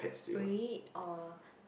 breed or